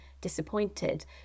disappointed